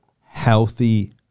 healthy